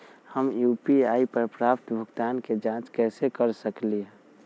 हम यू.पी.आई पर प्राप्त भुगतान के जाँच कैसे कर सकली ह?